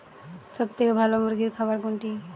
সবথেকে ভালো মুরগির খাবার কোনটি?